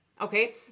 Okay